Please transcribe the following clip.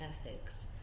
ethics